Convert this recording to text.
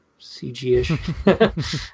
CG-ish